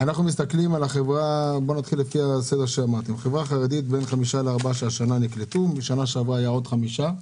מבני החברה הערבית נקלטו השנה עוד שלושה,